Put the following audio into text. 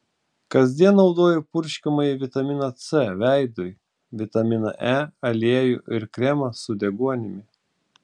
kasdien naudoju purškiamąjį vitaminą c veidui vitamino e aliejų ir kremą su deguonimi